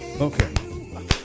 Okay